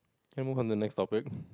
can I move on to the next topic